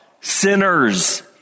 sinners